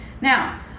now